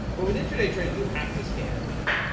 but with intraday trading, you have to scan every day.